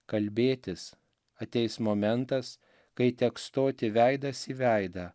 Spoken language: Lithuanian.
kalbėtis ateis momentas kai teks stoti veidas į veidą